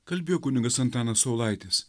kalbėjo kunigas antanas saulaitis